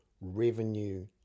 revenue